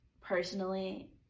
personally